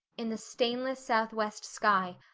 in the stainless southwest sky,